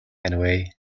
anyway